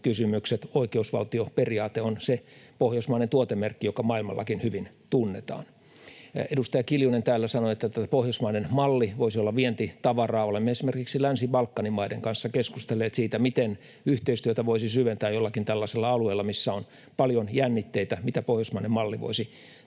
Oikeusvaltioperiaate on se pohjoismainen tuotemerkki, joka maailmallakin hyvin tunnetaan. Edustaja Kiljunen täällä sanoi, että tämä pohjoismainen malli voisi olla vientitavaraa. Olemme esimerkiksi Länsi-Balkanin maiden kanssa keskustelleet siitä, miten yhteistyötä voisi syventää jollakin tällaisella alueella, missä on paljon jännitteitä — mitä pohjoismainen malli voisi tässä